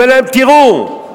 אומר להם: תירו,